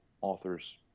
authors